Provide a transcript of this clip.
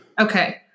Okay